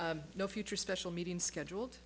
no future special meeting scheduled